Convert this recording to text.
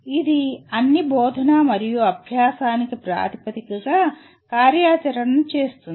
ఇది అన్ని బోధన మరియు అభ్యాసానికి ప్రాతిపదికగా కార్యాచరణను చేస్తుంది